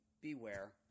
beware